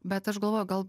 bet aš galvoju gal